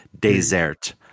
Desert